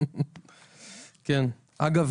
אגב,